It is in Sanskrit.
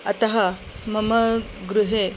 अतः मम गृहे